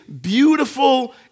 beautiful